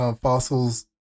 fossils